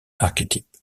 archetype